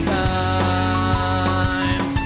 time